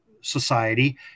society